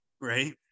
right